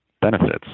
benefits